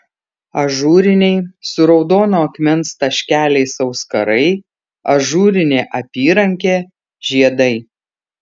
ažūriniai su raudono akmens taškeliais auskarai ažūrinė apyrankė žiedai